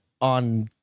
on